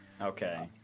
Okay